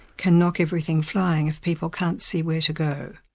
can knock everything flying if people can't see where to go.